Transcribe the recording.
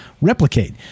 replicate